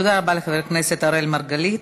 תודה רבה לחבר הכנסת אראל מרגלית.